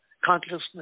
consciousness